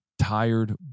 tired